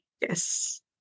Yes